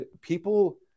People